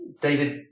David